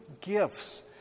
gifts